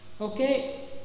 Okay